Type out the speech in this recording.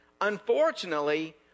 Unfortunately